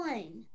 one